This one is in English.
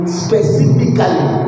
specifically